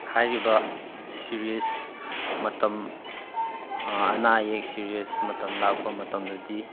ꯍꯥꯏꯔꯤꯕ ꯁꯤꯔꯤꯌꯁ ꯃꯇꯝ ꯑꯅꯥ ꯑꯌꯦꯛ ꯁꯦꯔꯤꯌꯁ ꯃꯇꯝ ꯂꯥꯛꯄ ꯃꯇꯝꯗꯗꯤ